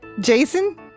Jason